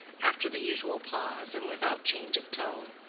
after the usual pause, and without change of tone.